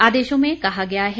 आदेशों में कहा गया है